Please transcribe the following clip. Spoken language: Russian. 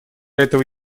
этого